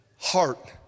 heart